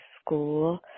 school